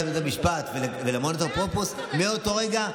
לבית משפט ולמנות אפוטרופוס מאותו רגע.